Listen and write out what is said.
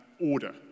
order